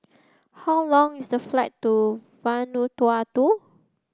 how long is the flight to Vanuatu